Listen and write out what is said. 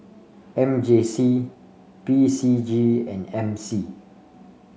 M J C P C G and M C